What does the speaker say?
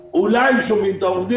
אולי שומעים את עורך הדין,